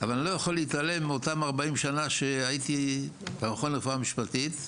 אבל אני לא יכול להתעלם מאותן 40 שנה שהייתי במכון לרפואה משפטית,